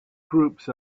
groups